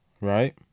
right